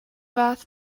fath